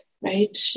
right